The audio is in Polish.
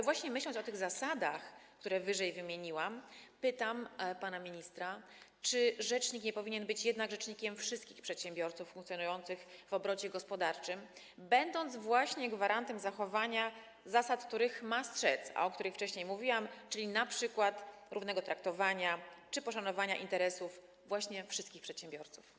Właśnie myśląc o tych zasadach, które wymieniłam wyżej, pytam pana ministra: Czy rzecznik nie powinien być jednak rzecznikiem wszystkich przedsiębiorców funkcjonujących w obrocie gospodarczym, będąc gwarantem zachowania zasad, których przestrzegania ma strzec, a o których wcześniej mówiłam, czyli np. równego traktowania czy poszanowania interesów wszystkich przedsiębiorców?